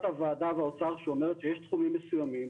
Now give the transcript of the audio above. הוועדה והאוצר שאומרת שיש תחומים מסוימים,